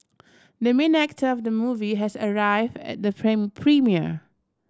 the main actor of the movie has arrived at the premiere